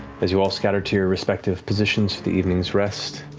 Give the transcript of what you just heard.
as you all scatter to your respective positions for the evening's rest,